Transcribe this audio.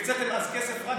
והקציתם אז כסף רק,